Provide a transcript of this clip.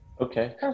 Okay